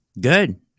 Good